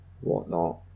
whatnot